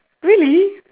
really